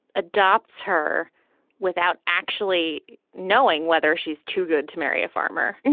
adopts her without actually knowing whether she's too good to marry a farmer. and